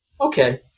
Okay